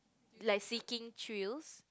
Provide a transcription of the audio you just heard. like seeking thrills